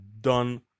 done